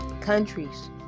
countries